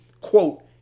quote